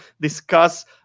discuss